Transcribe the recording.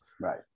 Right